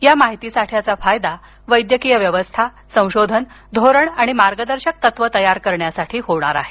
या माहितीसाठयाचा फायदा वैद्यकीय व्यवस्था संशोधन धोरण आणि मार्गदर्शक तत्वे तयार करण्यात होईल